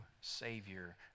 Savior